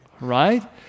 right